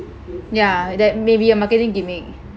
ya that maybe a marketing gimmick